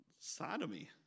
sodomy